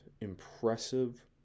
Impressive